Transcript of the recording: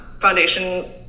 Foundation